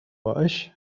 باش